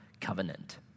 covenant